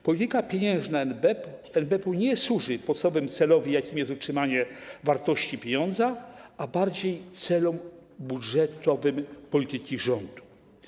Polityka pieniężna NBP nie służy podstawowemu celowi, jakim jest utrzymanie wartości pieniądza, a bardziej celom budżetowym polityki rządu.